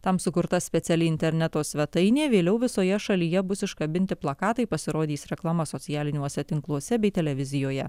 tam sukurta speciali interneto svetainė vėliau visoje šalyje bus iškabinti plakatai pasirodys reklama socialiniuose tinkluose bei televizijoje